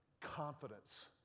confidence